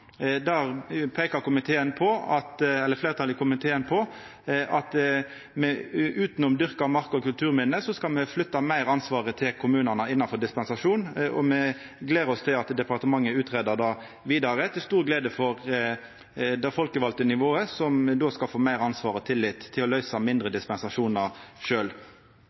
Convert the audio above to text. Der peikar fleirtalet i komiteen på at utanom dyrka mark og kulturminne, skal me flytta meir av ansvaret innanfor dispensasjon til kommunane. Me gler oss til at departementet greier det ut vidare, til stor glede for det folkevalde nivået, som då skal få meir ansvar og tillit til å løysa mindre dispensasjonar